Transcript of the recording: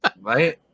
Right